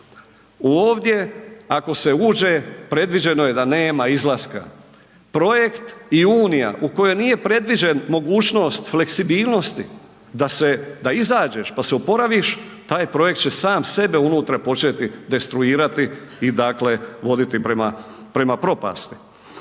Ovdje ako se uđe, predviđeno je da nema izlaska. Projekt i unija u kojoj nije predviđen mogućnost fleksibilnosti da izađeš, pa se oporaviš, taj projekt će sam sebe unutra početi destruirati i dakle voditi prema propasti.